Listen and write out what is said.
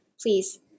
Please